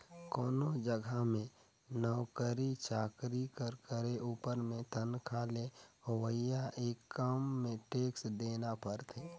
कोनो जगहा में नउकरी चाकरी कर करे उपर में तनखा ले होवइया इनकम में टेक्स देना परथे